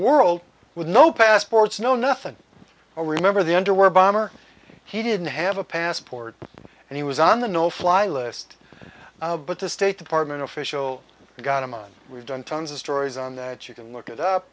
world with no passports no nothing i remember the underwear bomber he didn't have a passport and he was on the no fly list but the state department official got him on we've done tons of stories on that you can look it up